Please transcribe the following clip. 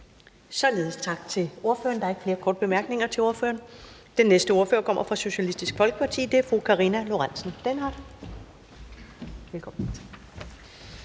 Således tak til ordføreren. Der er ikke flere bemærkninger til ordføreren. Den næste ordfører kommer fra Socialistisk Folkeparti, og det er fru Karina Lorentzen Dehnhardt. Velkommen